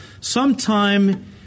sometime